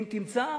אם תמצא,